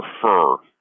prefer